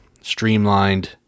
streamlined